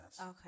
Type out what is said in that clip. Okay